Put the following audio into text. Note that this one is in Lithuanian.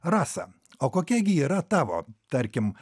rasa o kokia gi yra tavo tarkim